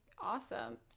awesome